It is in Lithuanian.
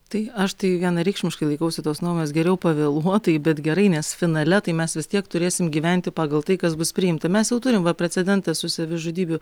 tai aš tai vienareikšmiškai laikausi tos nuomonės geriau pavėluotai bet gerai nes finale tai mes vis tiek turėsim gyventi pagal tai kas bus priimta mes jau turim va precedentą su savižudybių